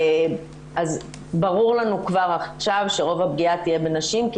אז ברור לנו כבר עכשיו שרוב הפגיעה תהיה בנשים כי